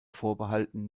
vorbehalten